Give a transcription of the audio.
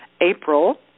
April